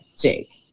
Jake